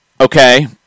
Okay